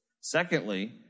Secondly